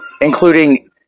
including